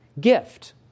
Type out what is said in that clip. gift